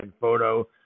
photo